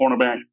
cornerback